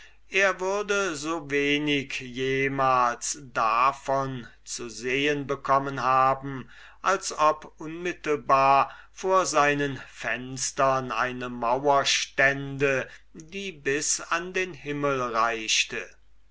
er würde so wenig jemals davon zu sehen bekommen haben als ob unmittelbar vor seinen fenstern eine mauer stünde die bis an den himmel reichte